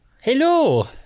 Hello